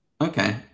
Okay